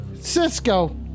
Cisco